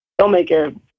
filmmaker